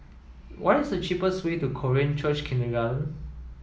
what is the cheapest way to Korean Church Kindergarten